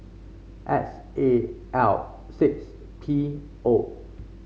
S A L six P O